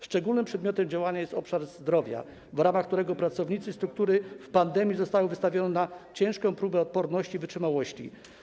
Szczególnym przedmiotem działania jest obszar zdrowia, którego pracownicy i struktury w pandemii zostali wystawieni na ciężką próbę odporności i wytrzymałości.